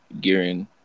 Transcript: gearing